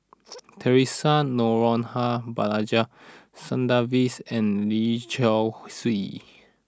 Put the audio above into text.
Theresa Noronha Balaji Sadasivans and Lee Seow Ser